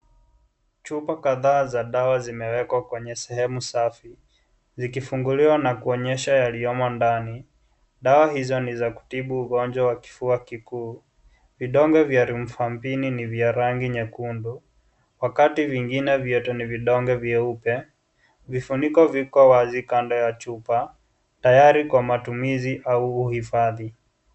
Chupa kadhaa za dawa zimewekwa kwenye sehemu safi zikifunguliwa na kuonyesha yaliyomo ndani. Dawa hizo ni za kutibu ugonjwa wa kifua kikuu. Vidonge vya rumfamvini ni vya rangi nyekundu wakati vingine vyote ni vidonge vyeupe. Vifuniko viko wazi kando ya chupa tayari kwa matumizi au uhifadhi.